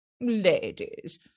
Ladies